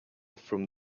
from